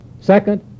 Second